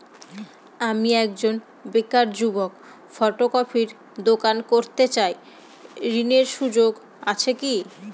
আমি একজন বেকার যুবক ফটোকপির দোকান করতে চাই ঋণের সুযোগ আছে কি?